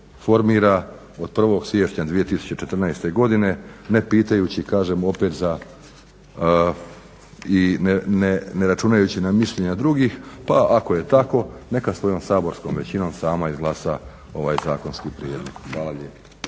formira od prvog siječnja 2014.godine ne pitajući kažem opet za i ne računajući na mišljenja drugih pa ako je tako neka svojom saborskom većinom sama izglasa ovaj zakonski prijedlog. Hvala lijepa.